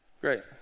Great